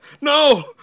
No